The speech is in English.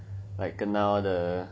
like kena all the disease